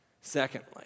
Secondly